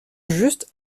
juste